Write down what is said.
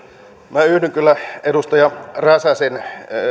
minä yhdyn kyllä edustaja räsäsen